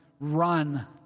run